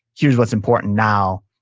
here's what's important now,